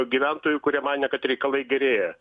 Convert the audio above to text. gyventojų kurie manė kad reikalai gerėja